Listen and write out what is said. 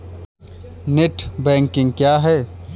Net banking क्या है?